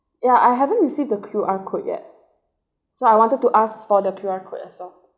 yeah I haven't received the Q_R code yet so I wanted to ask for the Q_R code as well